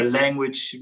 language